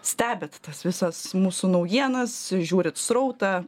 stebit tas visas mūsų naujienas žiūrit srautą